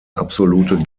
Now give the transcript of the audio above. absolute